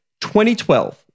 2012